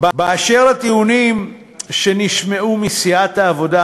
באשר לטיעונים שנשמעו מסיעת העבודה,